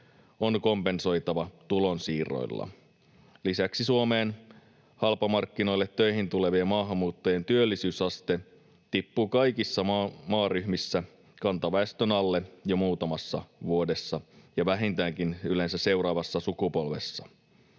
on kompensoitava tulonsiirroilla. Lisäksi Suomeen halpamarkkinoille töihin tulevien maahanmuuttajien työllisyysaste tippuu kaikissa maaryhmissä kantaväestön alle jo muutamassa vuodessa ja vähintäänkin yleensä seuraavassa sukupolvessa.